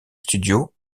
studio